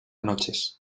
noches